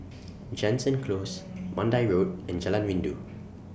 Jansen Close Mandai Road and Jalan Rindu